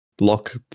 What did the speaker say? lock